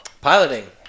Piloting